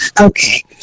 okay